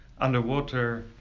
underwater